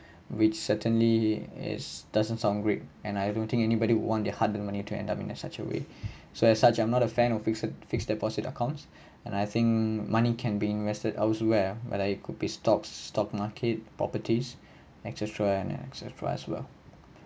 which certainly is doesn't sound great and I don't think anybody want their hard earned money to end up in such a way so as such I'm not a fan of fixed fixed deposit accounts and I think money can be invested elsewhere whether it could be stocks stock market properties et cetera and et cetera as well